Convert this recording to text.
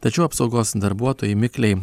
tačiau apsaugos darbuotojai mikliai